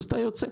אתה יוצא.